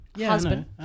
husband